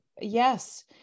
yes